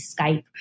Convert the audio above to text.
Skype